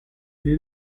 dès